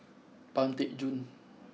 Pang Teck Joon